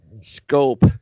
scope